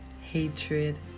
hatred